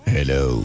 Hello